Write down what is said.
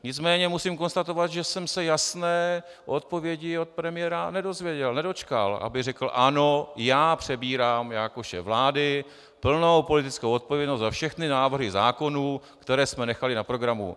Nicméně musím konstatovat, že jsem se jasné odpovědi od premiéra nedozvěděl, nedočkal, aby řekl ano, já přebírám jako šéf vlády plnou politickou odpovědnost za všechny návrhy zákonů, které jsme nechali na programu.